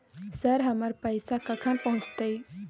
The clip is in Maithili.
सर, हमर पैसा कखन पहुंचतै?